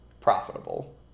profitable